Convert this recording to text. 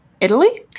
Italy